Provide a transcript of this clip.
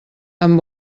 amb